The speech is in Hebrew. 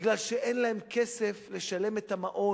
מפני שאין להם כסף לשלם על המעון.